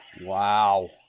Wow